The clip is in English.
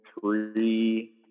three